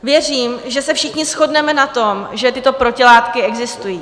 Věřím, že se všichni shodneme na tom, že tyto protilátky existují.